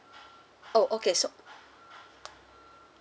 oh okay so